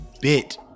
bit